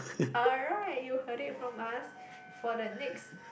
alright you heard it from us for the next